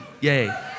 Yay